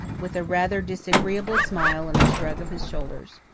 with a rather disagreeable smile and a shrug of his shoulders.